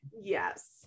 yes